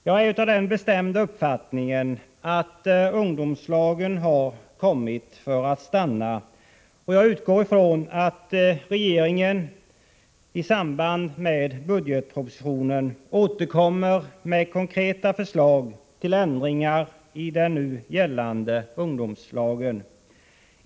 Jag är av den bestämda uppfattningen att ungdomslagen har kommit för att stanna, och jag utgår från att regeringen i samband med budgetpropositionen återkommer med konkreta förslag till ändringar i den nu gällande ungdomslagen.